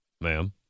Ma'am